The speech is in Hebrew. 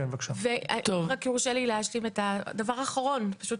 אם רק יורשה לי להשלים את הדבר האחרון, פשוט